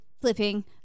flipping